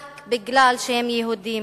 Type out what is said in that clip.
רק משום שהם יהודים.